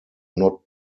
not